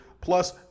Plus